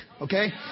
Okay